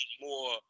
more